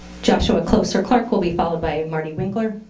joshua close or clark will be followed by marty winkler.